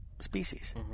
species